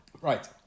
Right